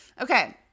Okay